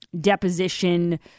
deposition